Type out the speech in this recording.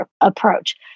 approach